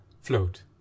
float